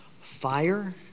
Fire